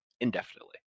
indefinitely